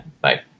Bye